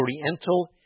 oriental